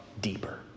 deeper